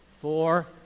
four